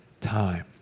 time